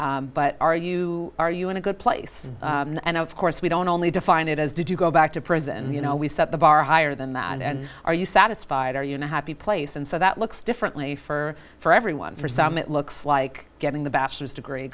degree but are you are you in a good place and of course we don't only define it as did you go back to prison you know we set the bar higher than that and are you satisfied are you now happy place and so that looks differently for for everyone for some it looks like getting the bachelor's degree